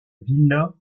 villa